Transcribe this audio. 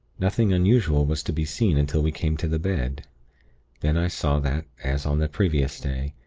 nothing unusual was to be seen until we came to the bed then i saw that, as on the previous day,